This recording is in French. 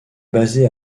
basé